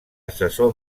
assessor